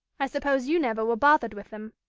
i suppose you never were bothered with them.